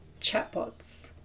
Chatbots